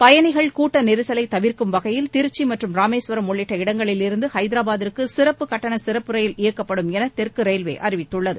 பயனிகளின் கூட்ட நெரிசலை தவிர்க்கும் வகையில் திருச்சி மற்றும் ராமேஸ்வரம் உள்ளிட்ட இடங்களிலிருந்து ஐதராபாத்திற்கு சிறப்பு கட்டண சிறப்பு ரயில் இயக்கப்படுமென தெற்கு ரயில்வே அறிவித்துள்ளது